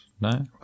no